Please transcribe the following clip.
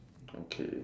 okay